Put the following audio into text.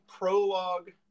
Prologue